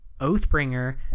Oathbringer